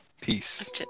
Peace